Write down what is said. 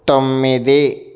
తొమ్మిది